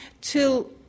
till